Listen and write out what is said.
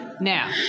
now